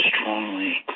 strongly